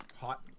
hot